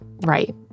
right